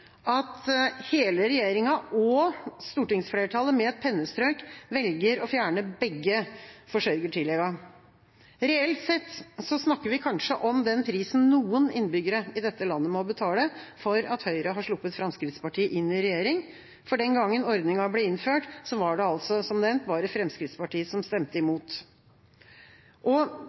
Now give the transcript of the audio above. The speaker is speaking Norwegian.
at hele regjeringa og stortingsflertallet med et pennestrøk velger å fjerne begge forsørgertilleggene. Reelt sett snakker vi kanskje om den prisen noen innbyggere i dette landet må betale for at Høyre har sluppet Fremskrittspartiet inn i regjering, for den gangen ordninga ble innført, var det som nevnt bare Fremskrittspartiet som stemte